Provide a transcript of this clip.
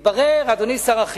מתברר, אדוני שר החינוך,